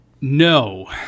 No